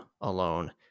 alone